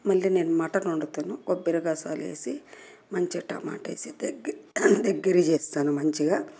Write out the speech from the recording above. మళ్లీ నేను మటన్ వండుతాను కొబ్బరి గసాలు వేసి మంచిగా టమాటా వేసి దగ్గర దగ్గరి చేస్తాను మంచిగా